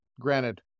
Granted